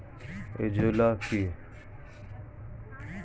Azolla কি?